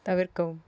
தவிர்க்கவும்